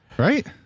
right